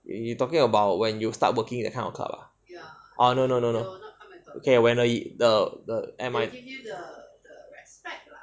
you talking about when you start working that kind of club ah ah no no no no okay when the the at my